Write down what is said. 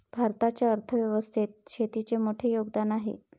भारताच्या अर्थ व्यवस्थेत शेतीचे मोठे योगदान आहे